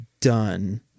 done